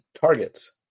targets